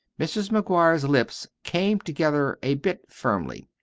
mrs. mcguire's lips came together a bit firmly.